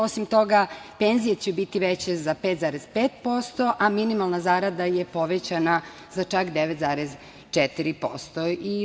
Osim toga, penzije će biti veće za 5,5%, a minimalna zarada je povećana za čak 9,4%